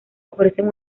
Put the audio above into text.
ofrecen